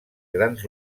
grans